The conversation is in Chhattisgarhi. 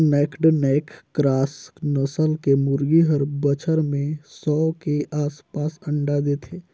नैक्ड नैक क्रॉस नसल के मुरगी हर बच्छर में सौ के आसपास अंडा देथे